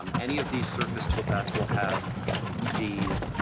um any of these surface toolpaths will have the